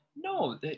no